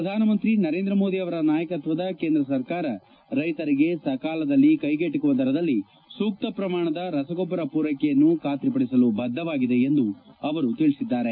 ಪ್ರಧಾನಮಂತ್ರಿ ನರೇಂದ್ರ ಮೋದಿ ಅವರ ನಾಯಕತ್ವದ ಕೇಂದ್ರ ಸರ್ಕಾರ ರೈತರಿಗೆ ಸಕಾಲದಲ್ಲಿ ಕೈಗೆಟಕುವ ದರದಲ್ಲಿ ಸೂಕ್ತ ಪ್ರಮಾಣದ ರಸಗೊಬ್ಬರ ಪೂರೈಕೆಯನ್ನು ಖಾತ್ರಿಪಡಿಸಲು ಬದ್ಧವಾಗಿದೆ ಎಂದು ಅವರು ತಿಳಿಸಿದ್ದಾರೆ